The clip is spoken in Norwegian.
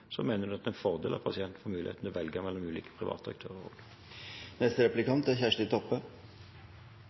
mener jeg det er en fordel at pasienten får mulighet til å velge mellom ulike private aktører.